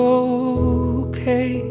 okay